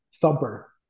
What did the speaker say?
thumper